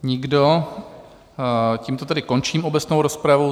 Nikdo, tímto tedy končím obecnou rozpravu.